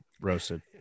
roasted